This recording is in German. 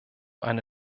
eine